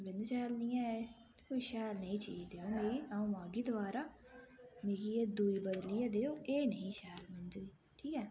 बिंद शैल नी एह् ऐ कोई शैल नेही चीज़ देओ मिगी आ'ऊं आह्गी दबारा मिगी एह् दूई बदलियै देओ एह् नेईं शैल बिंद बी ठीक ऐ